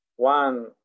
One